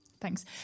Thanks